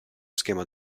schema